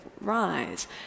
rise